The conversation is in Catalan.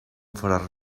faràs